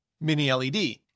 Mini-LED